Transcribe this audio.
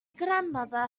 grandmother